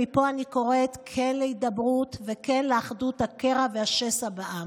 מפה אני קוראת כן להידברות וכן לאחדות הקרע והשסע בעם.